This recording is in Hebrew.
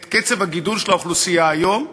את קצב הגידול של האוכלוסייה היום,